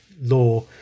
law